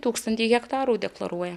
tūkstantį hektarų deklaruoja